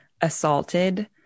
assaulted